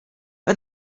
but